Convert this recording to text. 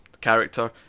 character